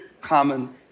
common